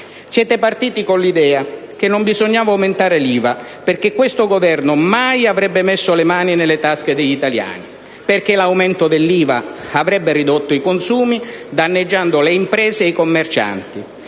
Siete partiti con l'idea che non bisognava aumentare l'IVA (perché questo Governo mai avrebbe messo le mani nelle tasche degli italiani; perché l'aumento dell'IVA avrebbe ridotto i consumi danneggiando le imprese e commercianti;